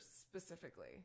specifically